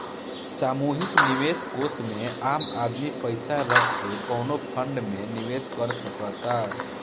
सामूहिक निवेश कोष में आम आदमी पइसा रख के कवनो फंड में निवेश कर सकता